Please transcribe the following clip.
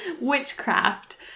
Witchcraft